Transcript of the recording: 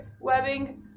Webbing